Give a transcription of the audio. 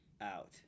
out